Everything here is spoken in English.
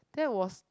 that was